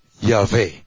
Yahweh